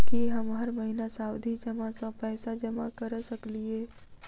की हम हर महीना सावधि जमा सँ पैसा जमा करऽ सकलिये?